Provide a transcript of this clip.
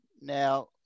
Now